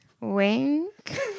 Wink